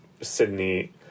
Sydney